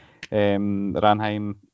Ranheim